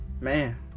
man